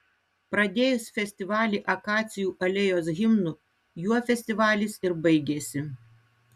pradėjus festivalį akacijų alėjos himnu juo festivalis ir baigėsi